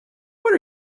what